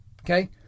okay